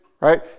right